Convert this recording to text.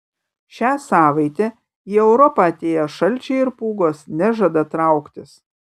šią savaitę į europą atėję šalčiai ir pūgos nežada trauktis